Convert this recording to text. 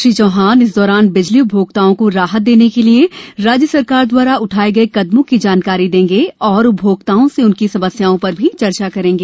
श्री चौहान इस दौरान बिजली उपभोक्ताओं को राहत देने के लिए राज्य सरकार द्वारा उठाये गये कदमों की जानकारी देंगे और उपभोक्ताओं से उनकी समस्याओं पर भी चर्चा करेंगे